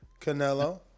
Canelo